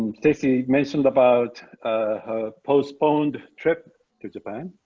stacey mentioned about her postponed trip to japan.